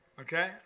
Okay